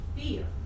fear